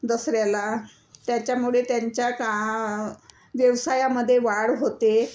दसऱ्याला त्याच्यामुळे त्यांच्या का व्यवसायामध्ये वाढ होते